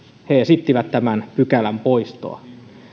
he esittivät tämän pykälän poistoa